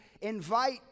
invite